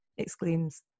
exclaims